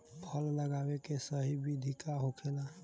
फल लगावे के सही विधि का होखेला?